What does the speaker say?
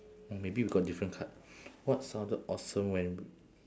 oh maybe we got different card what sounded awesome when